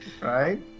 right